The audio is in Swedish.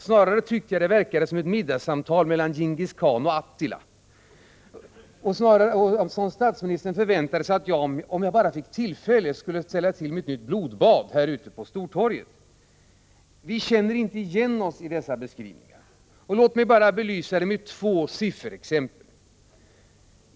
Det liknade snarare ett middagssamtal mellan Djingis khan och Attila. Det verkade som om statsministern förväntade sig att jag, om jag bara fick tillfälle, skulle ställa till med ett nytt blodbad här ute på Stortorget. Vi moderater känner inte igen oss i dessa beskrivningar. Låt mig belysa detta med två sifferexempel.